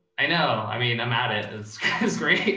i know. i mean, i'm at it. it's it's great.